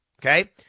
Okay